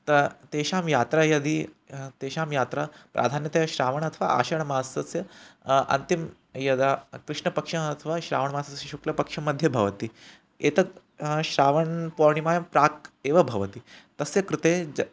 ता तेषां यात्रा यदि तेषां यात्रा प्राधान्यतया श्रावणे अथवा आषाडमासस्य अन्तिमे यदा कृष्णपक्षः अथवा श्रावणमासस्य शुक्लपक्षमध्ये भवति एतत् श्रावणपूर्णिमायां प्राक् एव भवति तस्य कृते